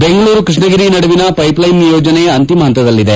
ಬೆಂಗಳೂರು ಕೃಷ್ಣಗಿರಿ ನಡುವಿನ pipeline ಯೋಜನೆ ಅಂತಿಮ ಪಂತದಲ್ಲಿದೆ